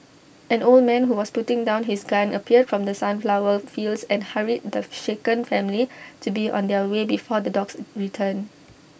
an old man who was putting down his gun appeared from the sunflower fields and hurried the shaken family to be on their way before the dogs return